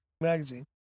magazine